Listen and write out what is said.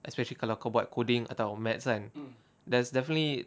especially kalau kau buat coding atau math kan there's definitely